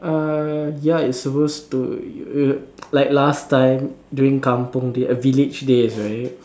err ya it's supposed to yo~ like last time during kampung days uh village days right